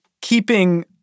keeping